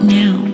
now